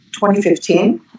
2015